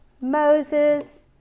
Moses